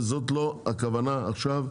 וזאת לא הכוונה עכשיו,